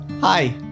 Hi